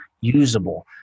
usable